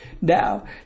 now